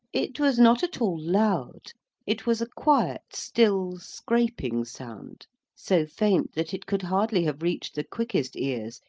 it was not at all loud it was a quiet, still, scraping sound so faint that it could hardly have reached the quickest ears,